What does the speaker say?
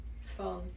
fun